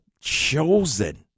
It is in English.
chosen